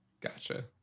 gotcha